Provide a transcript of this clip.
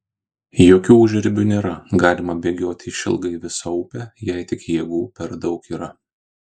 jokių užribių nėra galima bėgioti išilgai visą upę jei tik jėgų per daug yra